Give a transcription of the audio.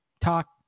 talk